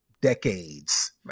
decades